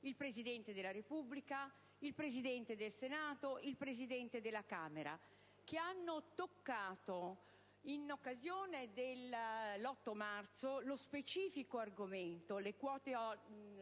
il Presidente della Repubblica, il Presidente del Senato e il Presidente della Camera - che hanno toccato, in occasione dell'8 marzo, lo specifico argomento delle quote